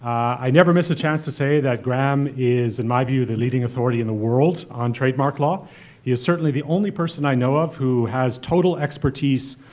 i never miss a chance to say that graeme is, in my view, the leading authority in the world on trademark law. he is certainly the only person i know of who has total expertise,